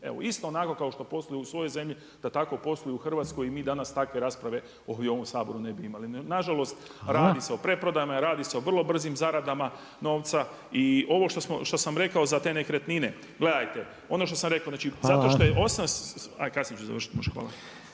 Evo isto onako kao što posluju u svojoj zemlji da tako posluju i u Hrvatskoj i mi danas takve rasprave ovdje u ovom Saboru ne bi imali. Nažalost, radi se o preprodajama i radi se o vrlo brzim zaradama novca i ovo što sam rekao za te nekretnine, gledajte … /Upadica Reiner: Hvala./ … kasnije ću završiti. Hvala.